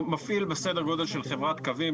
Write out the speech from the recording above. מפעיל בסדר גודל של חברת קווים,